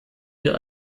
wir